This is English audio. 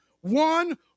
one